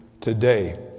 today